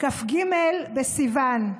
כ"ג בסיוון,